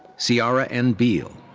siarah n. beall.